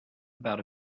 about